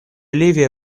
ливия